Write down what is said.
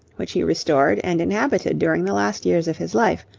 which he restored and inhabited during the last years of his life,